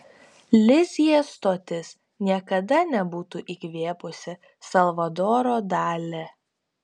lizjė stotis niekada nebūtų įkvėpusi salvadoro dali